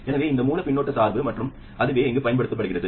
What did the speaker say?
எனவே இந்த மூல பின்னூட்ட சார்பு மற்றும் அதுவே இங்கு பயன்படுத்தப்படுகிறது